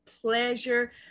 pleasure